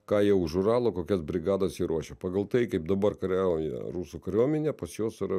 ką jie už uralo kokias brigadas jie ruošė pagal tai kaip dabar kariauja rusų kariuomenė pačios yra